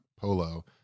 polo